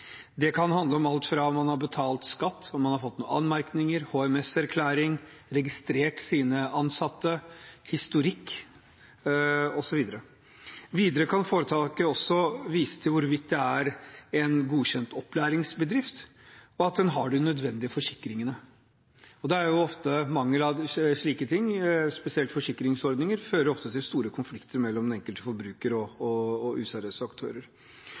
Det kan handle om alt fra om man har betalt skatt, har fått anmerkninger, har HMS-erklæring, har registrert sine ansatte, historikk osv., til om foretaket kan vise til hvorvidt det er en godkjent opplæringsbedrift, og at man har de nødvendige forsikringene. Mangel på slike ting – spesielt forsikringsordninger – fører ofte til store konflikter mellom den enkelte forbruker og useriøse aktører.